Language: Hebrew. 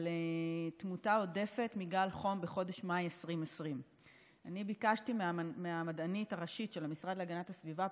על תמותה עודפת מגל חום בחודש מאי 2020. ביקשתי מהמדענית הראשית של המשרד להגנת הסביבה,